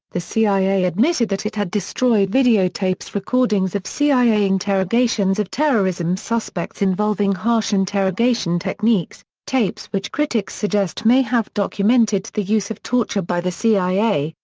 the cia admitted that it had destroyed videotapes recordings of cia interrogations of terrorism suspects involving harsh interrogation techniques, tapes which critics suggest may have documented the use of torture by the cia,